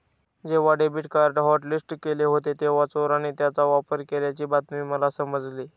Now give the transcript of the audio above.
जेव्हा debit card hotlist केले होते तेव्हा चोराने त्याचा वापर केल्याची बातमी मला समजली